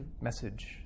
message